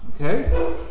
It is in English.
Okay